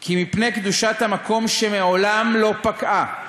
כי מפני קדושת המקום שמעולם לא פקעה,